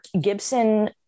Gibson